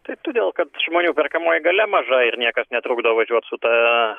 tai todėl kad žmonių perkamoji galia maža ir niekas netrukdo važiuot su ta